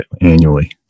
annually